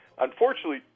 unfortunately